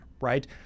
right